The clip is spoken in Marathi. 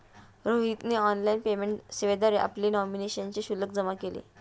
रोहितने ऑनलाइन पेमेंट सेवेद्वारे आपली नॉमिनेशनचे शुल्क जमा केले